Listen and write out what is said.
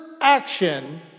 action